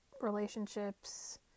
relationships